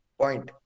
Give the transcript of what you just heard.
point